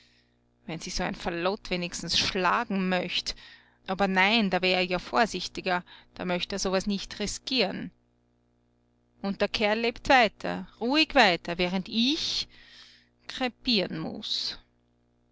wenn sich so ein fallot wenigstens schlagen möcht aber nein da wär er ja vorsichtiger da möcht er sowas nicht riskieren und der kerl lebt weiter ruhig weiter während ich krepieren muß